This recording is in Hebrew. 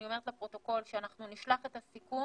אני אומרת לפרוטוקול שאנחנו נשלח את הסיכום